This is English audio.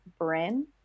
Bryn